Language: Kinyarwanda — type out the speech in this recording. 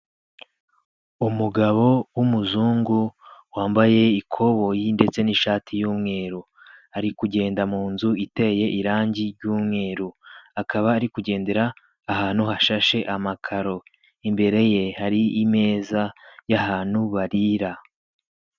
Umugabo w'umuzungu wambaye ikoboyi ndetse n'ishati y'umweru, ari kugenda mu nzu iteye irangi ry'umweru, akaba ari kugendera ahantu hashashe amakaro, imbere ye hari imeza y'ahan barira.